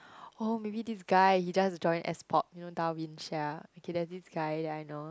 oh maybe this guy he just join S-pop you know Darwin-Chia okay there's this guy that I know